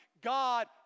God